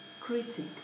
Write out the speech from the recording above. critic